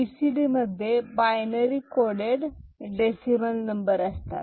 BCD मध्ये binary coded decimal number असतात